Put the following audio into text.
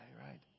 right